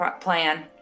plan